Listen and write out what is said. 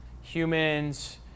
humans